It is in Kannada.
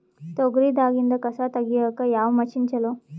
ತೊಗರಿ ದಾಗಿಂದ ಕಸಾ ತಗಿಯಕ ಯಾವ ಮಷಿನ್ ಚಲೋ?